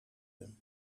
him